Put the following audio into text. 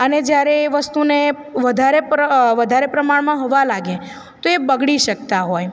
અને જ્યારે એ વસ્તુને વધારે પ્ર વધારે પ્રમાણમાં હવા લાગે તો એ બગડી શકતા હોય